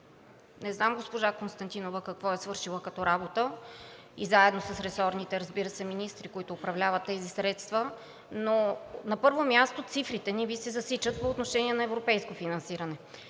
не знам госпожа Константинова какво е свършила като работа и заедно с ресорните министри, разбира се, които управляват тези средства, но на първо място, цифрите Ви не се засичат по отношение на европейско финансиране.